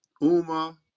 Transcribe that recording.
Uma